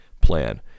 plan